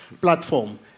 platform